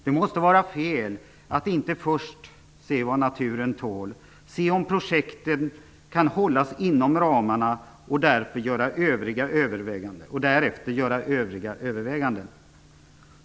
Det måste vara fel att inte först se vad naturen tål, se om projekten kan hållas inom ramarna och därefter göra övriga överväganden.